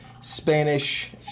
Spanish